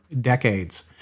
decades